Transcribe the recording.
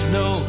no